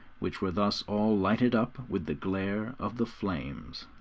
which were thus all lighted up with the glare of the flames.